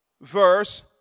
verse